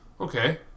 okay